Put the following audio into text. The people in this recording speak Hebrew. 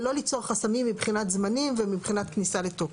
ולא ליצור חסמים מבחינת זמנים ומבחינת כניסה לתוקף.